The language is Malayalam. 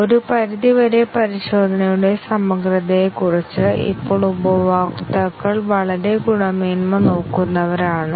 ഒരു പരിധിവരെ പരിശോധനയുടെ സമഗ്രതയെക്കുറിച്ച് ഇപ്പോൾ ഉപഭോക്താക്കൾ വളരെ ഗുണമേന്മ നോക്കുന്നവരാണ്